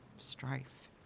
Strife